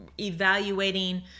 evaluating